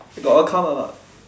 got account or not